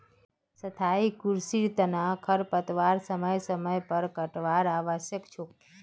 स्थाई कृषिर तना खरपतवारक समय समय पर काटवार आवश्यक छोक